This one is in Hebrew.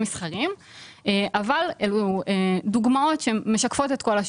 מסחריים אבל אלה דוגמאות שמשקפות את כל השוק.